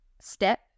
step